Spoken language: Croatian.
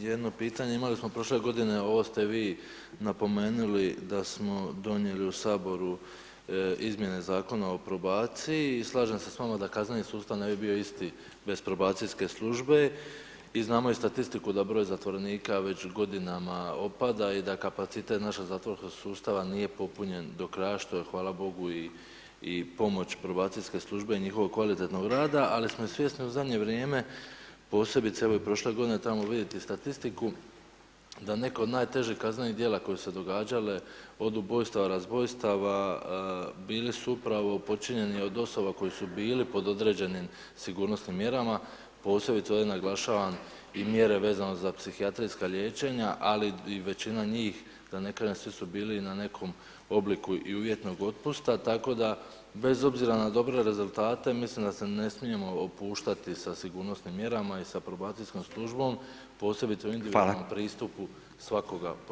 jedno pitanje, imali smo prošle godine, ovo ste vi napomenuli da smo donijeli u Saboru izmjene Zakona o probaciji i slažem se s vama da kazneni sustav ne bi bio isti bez probacijske službe i znamo i statistiku da broj zatvorenika već godinama opada i da kapacitet našeg zatvorskog sustava nije popunjen do kraja što je hvala bogu, i pomoć probacijske službe i njihovog kvalitetnog rada, ali smo svjesni u zadnje vrijeme, posebice evo i prošle godine, trebamo vidjeti statistiku, da neke od najtežih kaznenih djela koje su se događale od ubojstava, razbojstava, bili su upravo počinjeni od osoba koje su bile pod određenim sigurnosnim mjerama, posebice ovdje naglašavam i mjere vezane za psihijatrijska liječenja ali i većina njih da ne kažem, svi su bili na nekom obliku i uvjetnog otpusta tako da bez obzira na dobre rezultate, mislim da se ne smijemo opuštati sa sigurnosnim mjerama i sa probacijskom službom posebice u individualnom pristupu svakoga pojedinca.